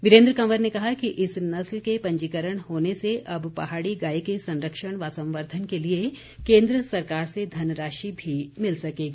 वीरेंद्र कंवर ने कहा कि इस नस्ल के पंजीकरण होने से अब पहाड़ी गाय के संरक्षण व संवर्द्वन के लिए केंद्र सरकार से धनराशि भी मिल सकेगी